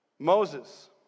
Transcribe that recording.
Moses